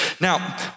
Now